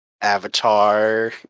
Avatar